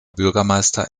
bürgermeister